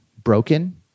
broken